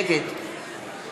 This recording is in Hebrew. נגד